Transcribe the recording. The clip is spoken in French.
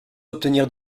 obtenir